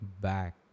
back